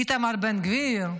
איתמר בן גביר,